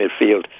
midfield